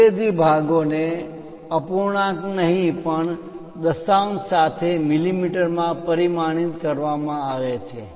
અંગ્રેજી ભાગોને અપૂર્ણાંક નહીં પણ દશાંશ સાથે મીમીમાં પરિમાણિત કરવામાં આવે છે